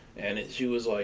and she was like,